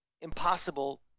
impossible